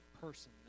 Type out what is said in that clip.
person